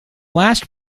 last